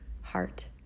heart